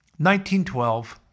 1912